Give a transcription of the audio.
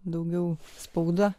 daugiau spauda